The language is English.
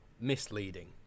misleading